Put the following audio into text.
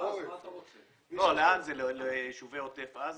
מעבירים ליישובי עוטף עזה